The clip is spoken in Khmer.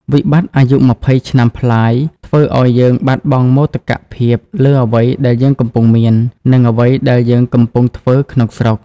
វិបត្តិអាយុ២០ឆ្នាំប្លាយធ្វើឱ្យយើងបាត់បង់មោទកភាពលើអ្វីដែលយើងកំពុងមាន និងអ្វីដែលយើងកំពុងធ្វើក្នុងស្រុក។